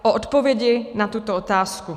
O odpovědi na tuto otázku.